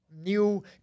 new